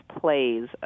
plays